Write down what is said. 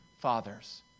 fathers